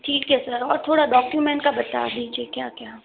ठीक है सर और थोड़ा डॉक्यूमेंट का बता दीजिए क्या क्या